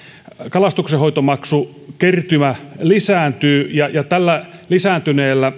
kalastonhoitomaksukertymä lisääntyy ja tämän lisääntyneen